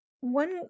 One